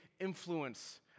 influence